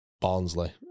Barnsley